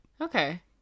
Okay